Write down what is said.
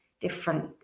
different